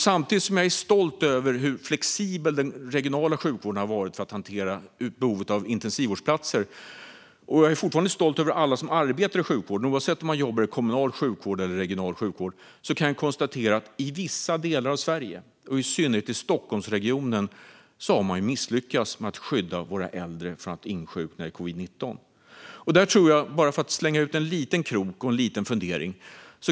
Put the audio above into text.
Samtidigt som jag är stolt över hur flexibel den regionala sjukvården har varit för att hantera behovet av intensivvårdsplatser - jag är fortfarande stolt över alla som arbetar i sjukvården, oavsett om de jobbar i kommunal sjukvård eller i regional sjukvård - kan jag konstatera att man i vissa delar av Sverige, i synnerhet i Stockholmsregionen, har misslyckats med att skydda våra äldre från att insjukna i covid-19. Jag ska bara slänga ut en liten krok och en liten fundering.